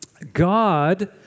God